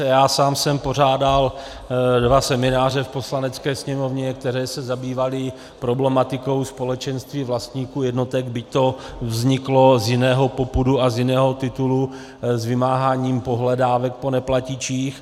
Já sám jsem pořádal dva semináře v Poslanecké sněmovně, které se zabývaly problematikou společenství vlastníků jednotek, byť to vzniklo z jiného popudu a z jiného titulu, z vymáhání pohledávek po neplatičích.